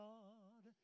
God